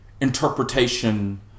interpretation